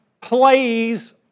plays